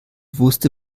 wusste